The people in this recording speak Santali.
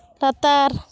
ᱞᱟᱛᱟᱨ